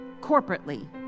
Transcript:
corporately